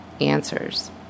answers